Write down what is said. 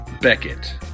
Beckett